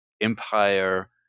Empire